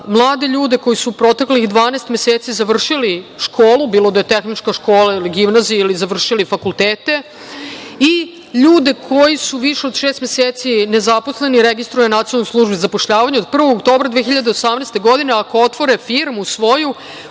mlade ljude koji su u proteklih 12 meseci završili školu, bilo da je tehnička škola ili gimnazija ili završili fakultete i ljude koji su više od šest meseci nezaposleni registruju na Nacionalnoj službi za zapošljavanje od 1. oktobra 2018. godine ako otvore firmu svoju,